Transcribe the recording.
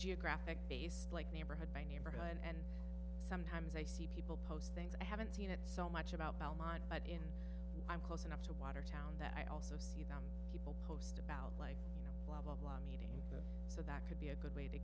geographic based like neighborhood by neighborhood and sometimes i see people post things i haven't seen it so much about belmont but in i'm close enough to watertown that i also see that people post about like you know blah blah blah me so that could be a good way to